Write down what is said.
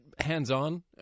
hands-on